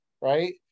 right